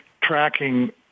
tracking